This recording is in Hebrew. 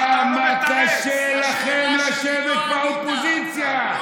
כמה קשה לכם לשבת באופוזיציה,